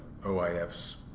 OIFs